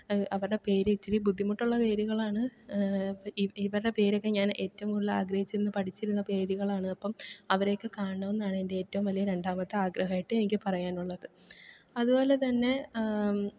അവരുടെ പേര് ഇച്ചിരി ബുദ്ധിമുട്ടുള്ള പേരുകളാണ് ഇവരുടെ പേരൊക്കെ ഞാൻ ഏറ്റവും കൂടുതൽ ആഗ്രഹിച്ചിരുന്നു പഠിച്ചിരുന്ന പേരുകളാണ് അപ്പോള് അവരെയൊക്കെ കാണണമെന്നാണ് എൻറെ ഏറ്റവും വലിയ രണ്ടാമത്തെ ആഗ്രഹമായിട്ട് എനിക്ക് പറയാനുള്ളത് അതുപോലെതന്നെ